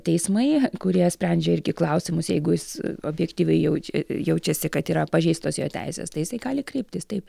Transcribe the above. teismai kurie sprendžia irgi klausimus jeigu jis objektyviai jaučia jaučiasi kad yra pažeistos jo teisės tai jisai gali kreiptis taip